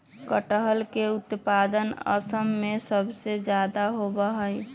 कटहल के उत्पादन असम में सबसे ज्यादा होबा हई